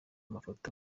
mafoto